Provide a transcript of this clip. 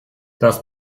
das